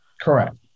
Correct